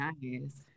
nice